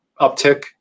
uptick